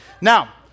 Now